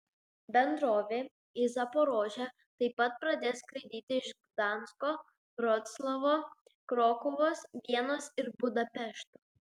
bendrovė į zaporožę taip pat pradės skraidyti iš gdansko vroclavo krokuvos vienos ir budapešto